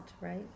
right